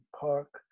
Park